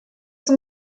sont